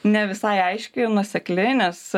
ne visai aiški ir nuosekli nes